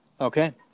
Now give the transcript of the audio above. Okay